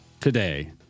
today